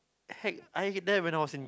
heck I didn't know when I was in